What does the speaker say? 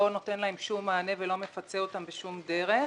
נותן להם שום מענה ולא מפצה אותם בשום דרך.